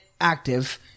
active